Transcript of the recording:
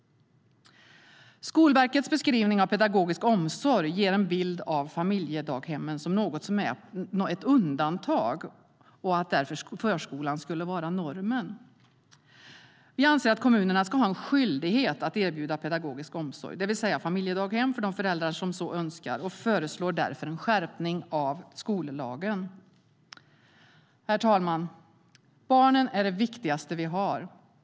Skolverkets beskrivning av pedagogisk omsorg ger en bild av familjedaghemmen som något som är ett undantag och att förskolan skulle vara normen. Vi anser att kommunerna ska ha en skyldighet att erbjuda pedagogisk omsorg, det vill säga familjedaghem, till de föräldrar som så önskar och föreslår därför en skärpning av skollagen. Herr talman! Barnen är det viktigaste vi har.